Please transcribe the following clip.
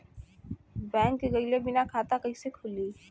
Bank गइले बिना खाता कईसे खुली?